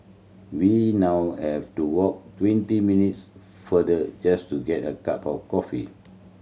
we now have to walk twenty minutes farther just to get a cup of coffee